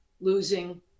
losing